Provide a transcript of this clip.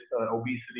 obesity